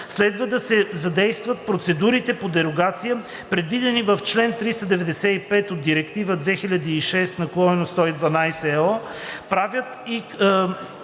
следва да се задействат процедурите по дерогация, предвидена в чл. 395 от Директива 2006/112/ЕО.